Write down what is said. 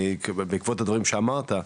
בעקבות הדברים שאמרת,